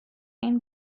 این